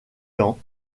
ans